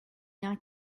rien